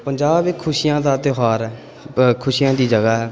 ਪੰਜਾਬ ਇੱਕ ਖੁਸ਼ੀਆਂ ਦਾ ਤਿਉਹਾਰ ਹੈ ਖੁਸ਼ੀਆਂ ਦੀ ਜਗ੍ਹਾ ਹੈ